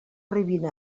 arribin